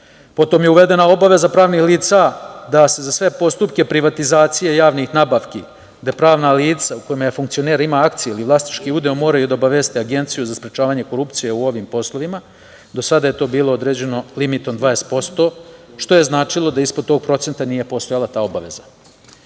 evra. Potom je uvedena obaveza pravnih lica da se za sve postupke privatizacije javnih nabavki, gde pravna lica u kojem funkcioner ima akcije ili vlasnički udeo moraju da obaveste Agenciju za sprečavanje korupcije u ovim poslovima. Do sada je to bilo određeno limitom 20%, što značilo da ispod tog procenta nije postojala ta obaveza. Još